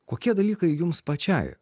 kokie dalykai jums pačiai